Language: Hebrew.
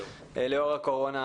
לאור הקורונה,